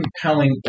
compelling